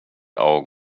augen